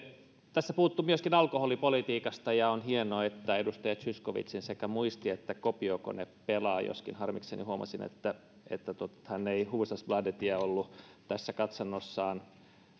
tässä on puhuttu myöskin alkoholipolitiikasta ja on hienoa että edustaja zyskowiczin sekä muisti että kopiokone pelaavat joskin harmikseni huomasin että että hän ei hufvudstadsbladetia ollut tässä katsannossaan